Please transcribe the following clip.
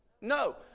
No